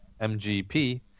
MGP